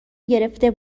گرفته